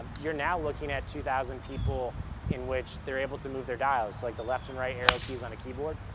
you're now looking at two thousand people in which they're able to move their dials, like the left and right arrow keys on a keyboard,